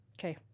okay